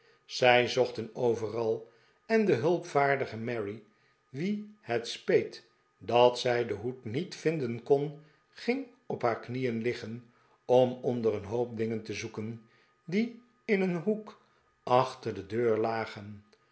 zij zochten overal en de hulpvaardige mary wie het speet dat zij den hoed niet vinden kon ging op haar knieen liggen om onder een hoop dingen te zoeken die in een hoek achter de deur lagen